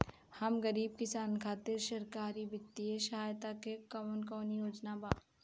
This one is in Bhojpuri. हम गरीब किसान खातिर सरकारी बितिय सहायता के कवन कवन योजना बा?